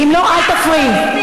אם לא, אל תפריעי.